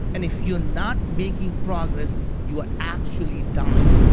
and if you're not making progress you're actually dying.